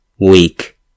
weak